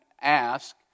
ask